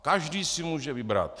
Každý si může vybrat.